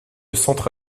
centre